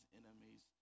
enemies